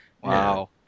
Wow